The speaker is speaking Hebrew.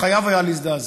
חייב היה להזדעזע.